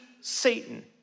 Satan